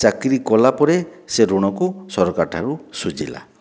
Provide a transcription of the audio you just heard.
ଚାକିରି କଲା ପରେ ସେ ଋଣକୁ ସରକାରଠାରୁ ଶୁଝିଲା